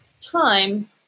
time